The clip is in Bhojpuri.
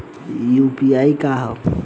यू.पी.आई का ह?